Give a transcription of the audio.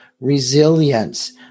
resilience